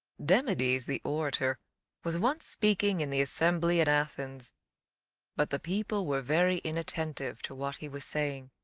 demades the orator was once speaking in the assembly at athens but the people were very inattentive to what he was saying,